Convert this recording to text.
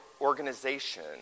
organization